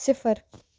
صِفر